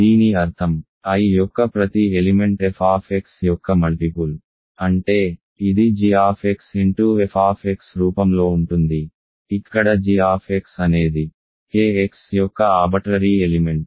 దీని అర్థం I యొక్క ప్రతి ఎలిమెంట్ f యొక్క మల్టిపుల్ అంటే ఇది g f రూపంలో ఉంటుంది ఇక్కడ g అనేది kx యొక్క ఏకపక్ష ఎలిమెంట్